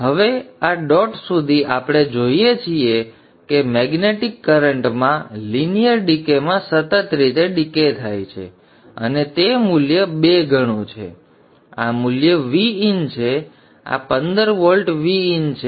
હવે આ ડોટ સુધી આપણે જોઈએ છીએ કે મૈગ્નેટિક કરન્ટમાં લિનિયર ડીકેમાં સતત ડીકે થાય છે અને તે મૂલ્ય બેગણું છે Vin આ મૂલ્ય Vin છે આ 15 વોલ્ટ Vin છે